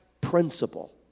principle